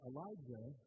Elijah